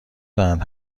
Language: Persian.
دهند